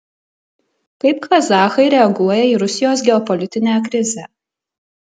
kaip kazachai reaguoja į rusijos geopolitinę krizę